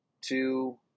two –